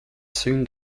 soon